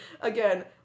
Again